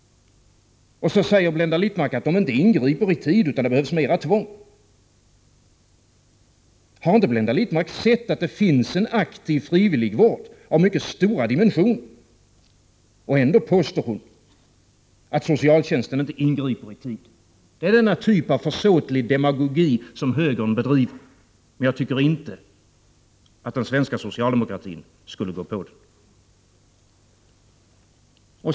Nu säger Blenda Littmarck att socialtjänsten inte ingriper i tid, utan det behövs mera tvång. Har inte Blenda Littmarck sett att det finns en aktiv frivilligvård av mycket stora dimensioner? Ändå påstår hon att socialtjänsten inte ingriper i tid. Det är denna typ av försåtlig demagogi som högern bedriver. Jag tycker inte att den svenska socialdemokratin skulle gå på den.